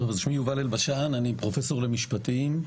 שלום לכולם, אני יובל אלבשן, פרופסור למשפטים,